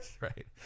Right